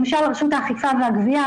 למשל רשות האכיפה והגבייה,